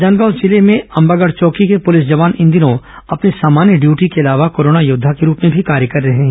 राजनादगांव जिले में ही अंबागढ़ चौकी के पुलिस जवान इन दिनों अपनी सामान्य ड्यूटी के अलावा कोरोना योद्वा के रूप में भी कार्य कर रहे हैं